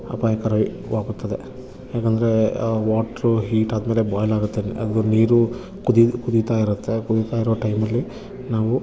ಅಪಾಯಕರವಾಗುತ್ತದೆ ಯಾಕಂದರೆ ಆ ವಾಟ್ರು ಹೀಟಾದ ಮೇಲೆ ಬೋಯ್ಲಾಗತ್ತೆ ಅಂದರೆ ನೀರು ಕುದಿ ಕುದಿತಾ ಇರತ್ತೆ ಕುದಿತಾ ಇರೋ ಟೈಮಲ್ಲಿ ನಾವು